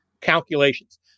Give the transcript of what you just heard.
Calculations